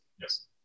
Yes